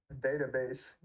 database